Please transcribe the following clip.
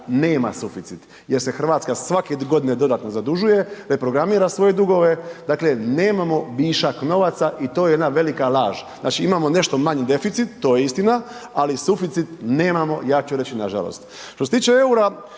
nema suficit jer se Hrvatska svake godine dodatno zadužuje, reprogramira svoje dugove, dakle nemamo višak novaca i to je jedna velika laž. Znači imamo nešto manji deficit to je istina, ali suficit nemamo ja ću reći nažalost. Što se tiče EUR-a